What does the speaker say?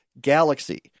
galaxy